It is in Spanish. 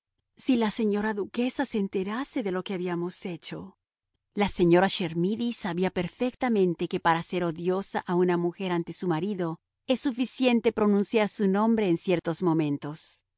si la señora duquesa se enterase de lo que habíamos hecho la señora chermidy sabía perfectamente que para hacer odiosa a una mujer ante su marido es suficiente pronunciar su nombre en ciertos momentos